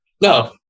No